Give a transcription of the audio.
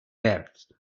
verds